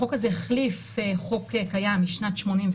החוק הזה החליף חוק קיים משנת 1989,